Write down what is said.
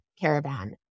caravan